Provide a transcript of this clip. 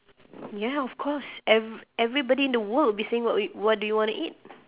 ya of course ev~ everybody in the world will be saying what w~ do you want to eat